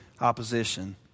opposition